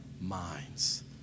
minds